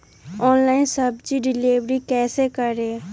Online सब्जी deliver कैसे करें?